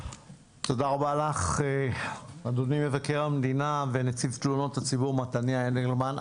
תודה רבה לך אדוני מבקר המדינה ונציב תלונות הציבור מתניהו אנגלמן.